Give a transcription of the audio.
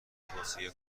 توصیه